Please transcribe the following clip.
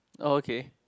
oh okay